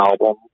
album